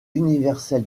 universel